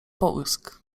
połysk